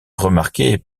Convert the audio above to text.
remarquer